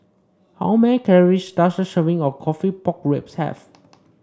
how many calories does a serving of coffee Pork Ribs have